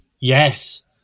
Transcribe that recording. Yes